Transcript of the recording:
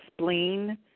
spleen